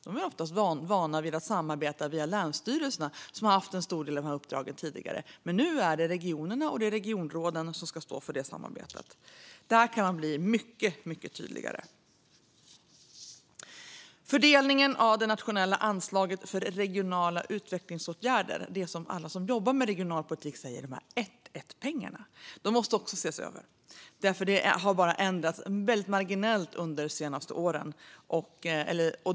De är ofta vana vid att samarbeta via länsstyrelserna, som har haft en stor del av de här uppdragen tidigare. Men nu är det regionerna och regionråden som ska stå för det samarbetet. Det kan bli mycket tydligare. Fördelningen av det nationella anslaget för regionala utvecklingsåtgärder, som alla som jobbar med regional politik kallar ett-ett-pengar, måste också ses över. Det har bara ändrats marginellt de senaste åren.